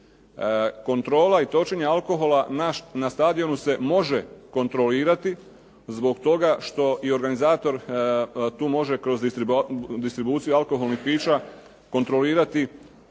Kontrola i točenje alkohola na stadionu se može kontrolirati zbog toga što i organizator tu može kroz distribuciju alkoholnih pića kontrolirati